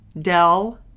Dell